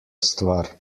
stvar